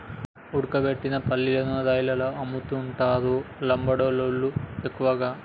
ఉడకబెట్టిన పల్లీలను రైలల్ల అమ్ముతుంటరు లంబాడోళ్ళళ్లు ఎక్కువగా